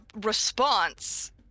response